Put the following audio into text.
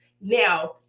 Now